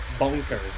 bonkers